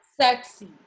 sexy